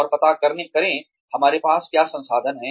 और पता करें हमारे पास क्या संसाधन हैं